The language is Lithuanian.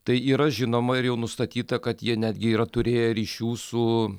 tai yra žinoma ir jau nustatyta kad jie netgi yra turėję ryšių su